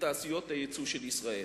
בתעשיות היצוא של ישראל.